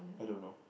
I don't know